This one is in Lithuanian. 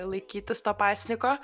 laikytis to pasniko